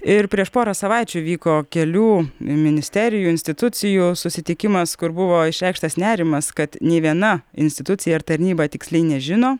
ir prieš porą savaičių vyko kelių ministerijų institucijų susitikimas kur buvo išreikštas nerimas kad nė viena institucija ar tarnyba tiksliai nežino